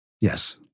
Yes